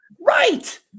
Right